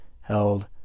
held